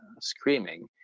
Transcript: screaming